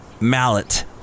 mallet